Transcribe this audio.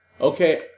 Okay